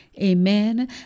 amen